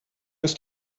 ist